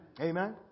Amen